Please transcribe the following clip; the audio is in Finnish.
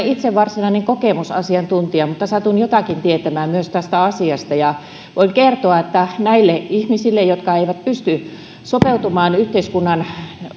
itse varsinainen kokemusasiantuntija satun jotakin tietämään myös tästä asiasta ja voin kertoa että näille ihmisille jotka eivät pysty sopeutumaan yhteiskunnan